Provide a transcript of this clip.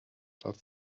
das